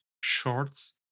shorts